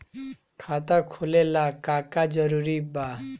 खाता खोले ला का का जरूरी बा?